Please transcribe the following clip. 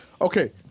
Okay